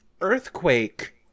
earthquake